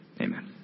amen